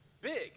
big